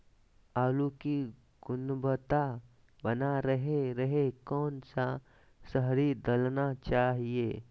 आलू की गुनबता बना रहे रहे कौन सा शहरी दलना चाये?